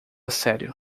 sério